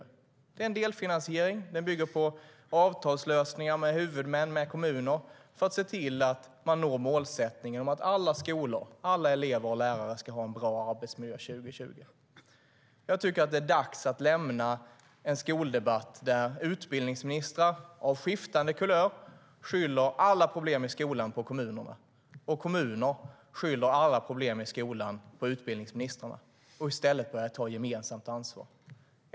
Det ska vara en delfinansiering som bygger på avtalslösningar med huvudmän och kommuner i syfte att nå målsättningen att alla elever och lärare ska ha en bra arbetsmiljö 2020. Det är dags att lämna en skoldebatt där utbildningsministrar av skiftande kulör skyller alla problem i skolan på kommunerna och där kommunerna skyller alla problem i skolan på utbildningsministrarna och i stället börja ta gemensamt ansvar.